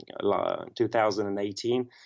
2018